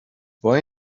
boy